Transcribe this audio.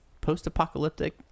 post-apocalyptic